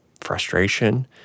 frustration